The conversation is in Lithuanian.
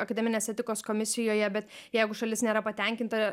akademinės etikos komisijoje bet jeigu šalis nėra patenkinta